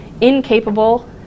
incapable